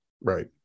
Right